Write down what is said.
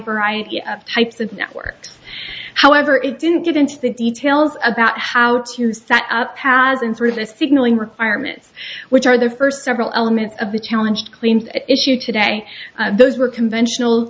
variety of types of networks however it didn't get into the details about how to set up paths in through the signalling requirements which are the first several elements of the challenge clean issue today those were conventional